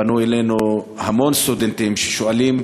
פנו אלינו המון סטודנטים, ששואלים: